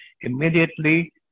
immediately